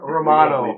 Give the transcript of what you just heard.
Romano